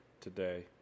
today